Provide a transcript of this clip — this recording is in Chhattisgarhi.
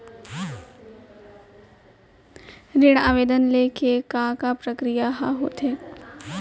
ऋण आवेदन ले के का का प्रक्रिया ह होथे?